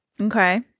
Okay